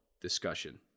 discussion